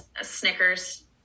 snickers